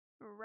Right